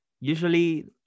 usually